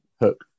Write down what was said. hook